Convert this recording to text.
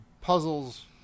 puzzles